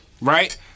Right